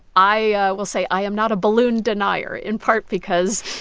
i ah will say i am not a balloon denier, in part because.